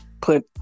put